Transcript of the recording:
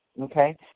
Okay